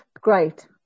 Great